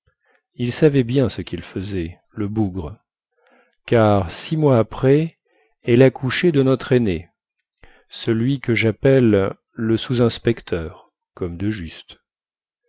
il savait bien ce quil faisait le bougre car six mois après elle accouchait de notre aîné celui que jappelle le sousinspecteur comme de juste